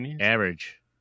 average